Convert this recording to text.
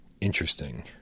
Interesting